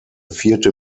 vierte